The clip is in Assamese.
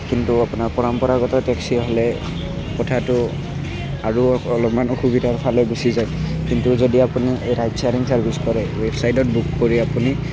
কিন্তু আপোনাৰ পৰম্পৰাগত টেক্সি হ'লে কথাটো আৰু অলপমান অসুবিধাৰ ফালে গুচি যায় কিন্তু যদি আপুনি এই ৰাইড শ্বেয়াৰিং ছাৰ্ভিচ কৰে ৱেবছাইটত বুক কৰি আপুনি